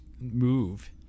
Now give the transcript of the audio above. move